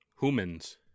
Humans